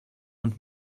und